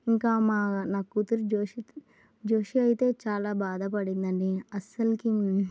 ఇంకా మా నా కూతురు జోషి జోషి అయితే చాలా బాధ పడిందండి అస్సలకి